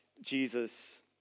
Jesus